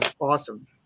awesome